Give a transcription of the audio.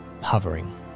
hovering